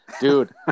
Dude